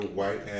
white